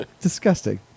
Disgusting